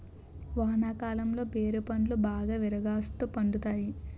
వానాకాలంలో బేరి పండ్లు బాగా విరాగాస్తు పండుతాయి